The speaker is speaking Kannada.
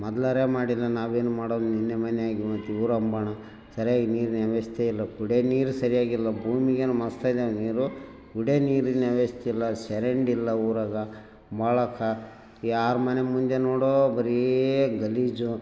ಮೊದ್ಲಾರೆ ಮಾಡಿಲ್ಲ ನಾವೇನು ಮಾಡೋಲ್ಲ ನಿನ್ನೆ ಮೊನ್ನೆ ಸರಿಯಾಗಿ ನೀರಿನ ವ್ಯವಸ್ಥೆ ಇಲ್ಲ ಕುಡಿಯೋ ನೀರು ಸರಿಯಾಗಿಲ್ಲ ಭೂಮಿಯಾಗ್ ಮಸ್ತ್ ಇದ್ದವು ನೀರು ಕುಡಿಯೋ ನೀರಿನ ವ್ಯವಸ್ಥಯಿಲ್ಲ ಚರಂಡಿಲ್ಲ ಊರಾಗ ಬಾಳೋಕ ಯಾರ ಮನೆ ಮುಂದೆ ನೋಡೋ ಬರೀ ಗಲೀಜು